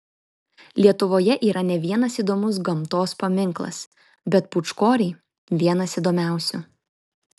lietuvoje yra ne vienas įdomus gamtos paminklas bet pūčkoriai vienas įdomiausių